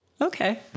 Okay